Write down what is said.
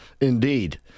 Indeed